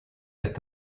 est